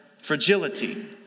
fragility